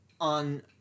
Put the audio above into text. on